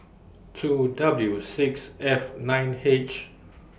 two W six F nine H